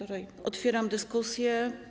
Otwieram dyskusję.